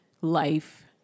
life